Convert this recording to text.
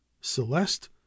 celeste